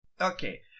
Okay